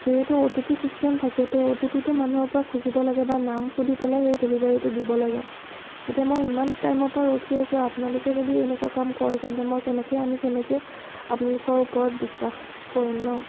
যিহেতু O T P system থাকে তো অ' টি পিটো মানুহৰ পৰা খুজিব লাগে বা নাম সুধি পেলাই সেই ডেলিভাৰীটো দিব লাগে এতিয়া মই ইমান টাইমৰ পৰা ৰখি আছোঁ আপোনালোকে যদি এনেকুৱা কাম কৰে তেন্তে মই কেনেকে আমি কেনেকৈ আপোনালোকৰ ওপৰত বিশ্বাস কৰিম ন